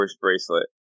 bracelet